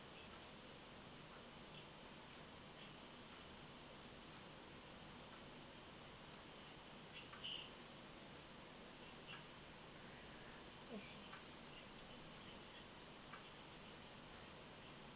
I see